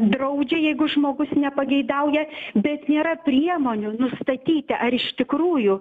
draudžia jeigu žmogus nepageidauja bet nėra priemonių nustatyti ar iš tikrųjų